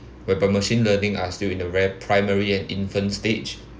whereby machine learning are still in the very primary and infant stage